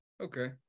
Okay